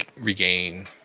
regain